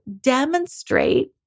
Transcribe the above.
demonstrate